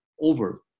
over